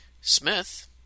Smith